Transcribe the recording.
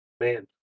Man